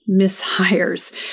mishires